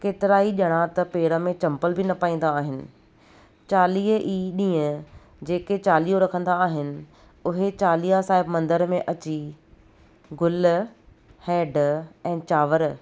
केतिरा ई ॼणा त पेर में चंपल बि न पाईंदा आहिनि चालीहे ई ॾींहं जेके चालीहो रखंदा आहिनि उहे चालीहा साहिब मंदर में अची गुल हैड ऐं चांवर